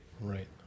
right